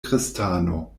kristano